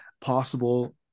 possible